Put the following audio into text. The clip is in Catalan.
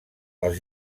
als